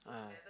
ah